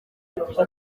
niba